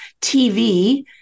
TV